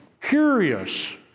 Curious